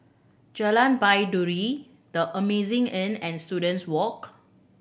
Jalan Baiduri The Amazing Inn and Students Walk